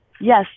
Yes